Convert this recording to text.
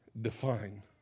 define